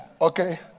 Okay